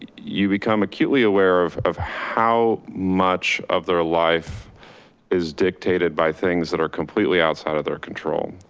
you become acutely aware of of how much of their life is dictated by things that are completely outside of their control,